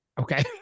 Okay